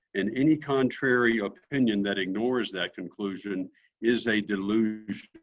and any contrary opinion that ignores that conclusion is a delusion.